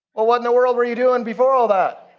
what what in the world where you doing before all that?